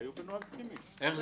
זה ניסוח, אילן.